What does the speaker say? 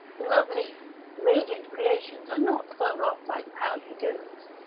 lovely radiant creations are not thrown off like how-d'ye-do's.